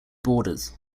borders